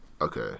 Okay